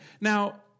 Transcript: Now